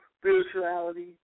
spirituality